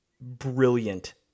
brilliant